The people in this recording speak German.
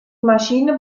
maschine